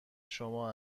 شما